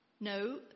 No